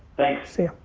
thanks. see